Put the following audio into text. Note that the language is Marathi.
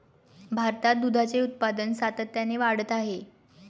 भारतात दुधाचे उत्पादन सातत्याने वाढत आहे